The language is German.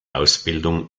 ausbildung